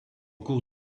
cours